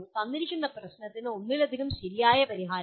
തന്നിരിക്കുന്ന പ്രശ്നത്തിന് ഒന്നിലധികം ശരിയായ പരിഹാരങ്ങൾ